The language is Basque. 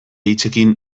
hitzekin